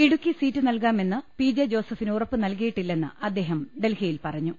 Idukki seat നൽകാമെന്ന് P J ജോസഫിന് ഉറപ്പു നൽകിയിട്ടില്ലെന്ന് അദ്ദേഹം ഡൽഹിയിൽ പറഞ്ഞു